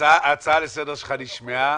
ההצעה לסדר שלך נשמעה.